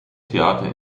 theater